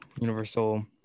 universal